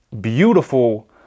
beautiful